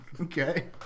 Okay